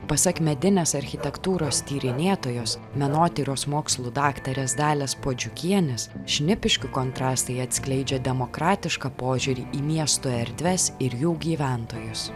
pasak medinės architektūros tyrinėtojos menotyros mokslų daktarės dalės puodžiukienės šnipiškių kontrastai atskleidžia demokratišką požiūrį į miesto erdves ir jų gyventojus